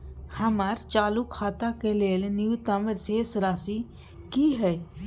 हमर चालू खाता के लेल न्यूनतम शेष राशि की हय?